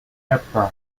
hepburn